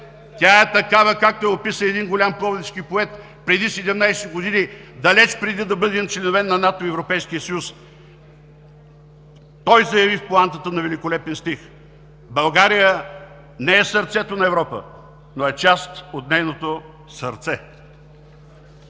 Тя е такава, както я описа един голям пловдивски поет преди 17 години, далеч преди да бъдем членове на НАТО и Европейския съюз. Той заяви в поантата на великолепен стих: „България не е сърцето на Европа, но е част от нейното сърце.“